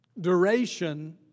Duration